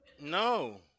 no